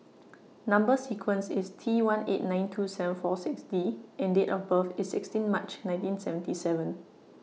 Number sequence IS T one eight nine two seven four six D and Date of birth IS sixteen March nineteen seventy seven